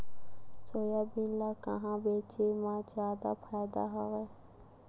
Soybean ल कहां बेचे म जादा फ़ायदा हवय?